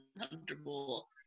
uncomfortable